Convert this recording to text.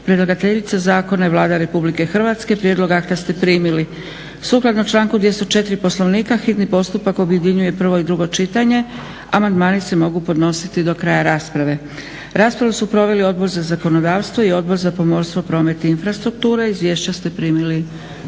Predlagateljica zakona je Vlada RH. Prijedlog akta ste primili. Sukladno članku 204. Poslovnika, hitni postupak objedinjuje prvo i drugo čitanje. Amandmani se mogu podnositi do kraja rasprave. Raspravu su proveli Odbor za zakonodavstvo i Odbor za pomorstvo, promet i infrastrukturu. Izvješća ste primili